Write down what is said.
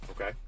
Okay